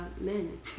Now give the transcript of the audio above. men